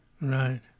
Right